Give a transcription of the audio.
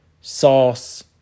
sauce